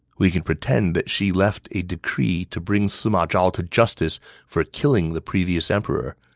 we can pretend that she left a decree to bring sima zhao to justice for killing the previous emperor.